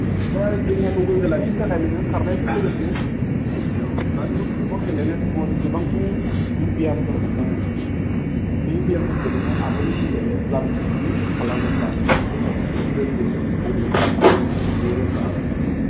दा देहाखौ गोगो लाखिनो थाखाय नोङो खारनायजों लोगोसे नोंनि देहायाव बा नों फुटबल गेलेनाय समाव जेसेबांखिनि नों बियामफोर मोनदोंमोन बै बियामफोरखौ नोङो आबुङै मोजाङै लाबोफिन्नानै खालामब्ला नोंनि देहाया गोग्गो मेक्सिमाम गोग्गोयै थाबावगोना बेयो रोखा आरो आबुं